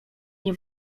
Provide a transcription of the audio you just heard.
nie